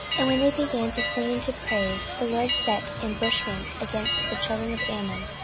and when they began to sing and to praise, the lord set ambushments against the children of ammon,